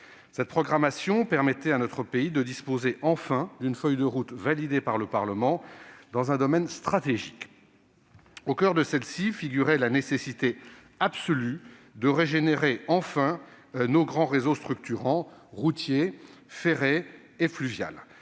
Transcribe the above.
Cette programmation permettait à notre pays de disposer, enfin, d'une feuille de route validée par le Parlement dans un domaine stratégique. Au coeur de celle-ci figurait la nécessité absolue de régénérer et de moderniser nos grands réseaux structurants- routier, ferré, fluvial